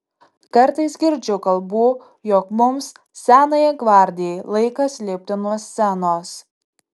kartais girdžiu kalbų jog mums senajai gvardijai laikas lipti nuo scenos